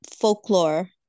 folklore